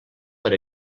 per